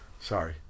Sorry